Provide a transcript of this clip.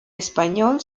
español